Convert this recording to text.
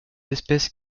espèces